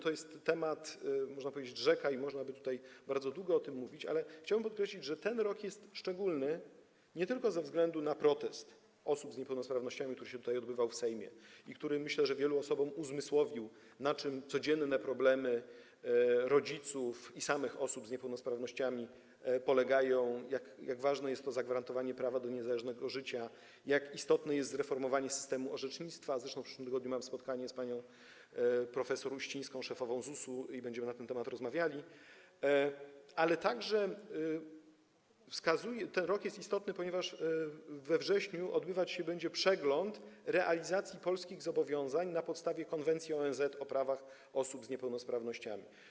To jest temat, można powiedzieć, rzeka i można by tutaj bardzo długo o tym mówić, ale chciałem podkreślić, że ten rok jest szczególny nie tylko ze względu na protest osób z niepełnosprawnościami, który się odbywał tutaj, w Sejmie i który, jak myślę, wielu osobom uzmysłowił, na czym polegają codzienne problemy rodziców i samych osób z niepełnosprawnościami, jak ważne jest zagwarantowanie prawa do niezależnego życia, jak istotne jest zreformowanie systemu orzecznictwa - zresztą w przyszłym tygodniu mam spotkanie z panią prof. Uścińską, szefową ZUS i będziemy na ten temat rozmawiali - ale ten rok jest także istotny, ponieważ we wrześniu odbywać się będzie przegląd realizacji polskich zobowiązań podjętych na podstawie konwencji OZN o prawach osób z niepełnosprawnościami.